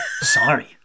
sorry